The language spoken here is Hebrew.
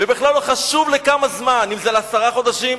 ובכלל לא חשוב לכמה זמן, אם לעשרה חודשים,